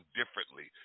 differently